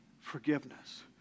forgiveness